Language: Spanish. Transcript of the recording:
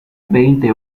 veinte